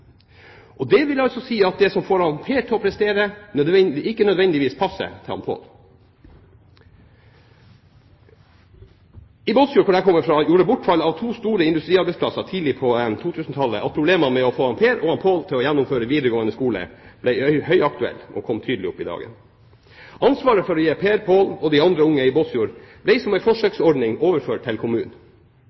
landet. Det vil altså si at det som får Per til å prestere, ikke nødvendigvis passer for Pål. I Båtsfjord, hvor jeg kommer fra, gjorde bortfallet av to store industriarbeidsplasser tidlig på 2000-tallet at problemene med å få Per og Pål til å gjennomføre videregående skole, ble høyaktuelt og kom tydelig opp i dagen. Ansvaret for Per, Pål og de andre unge i Båtsfjord ble som en forsøksordning overført til kommunen.